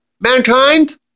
Mankind